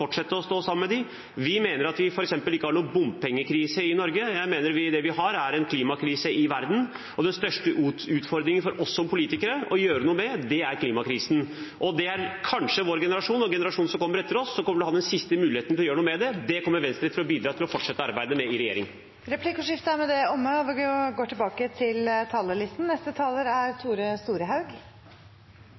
å stå sammen med dem. Vi mener at vi f.eks. ikke har noen bompengekrise i Norge. Jeg mener at det vi har, er en klimakrise i verden, og den største utfordringen for oss som politikere er å gjøre noe med klimakrisen. Det er kanskje vår generasjon, og generasjonen som kommer etter oss, som vil ha den siste muligheten til å gjøre noe med det. Det kommer Venstre til å bidra til å fortsette arbeidet med i regjering. Replikkordskiftet er omme. Eg kan stille meg i rekkja med